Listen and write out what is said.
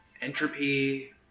entropy